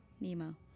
Nemo